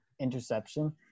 interception